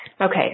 Okay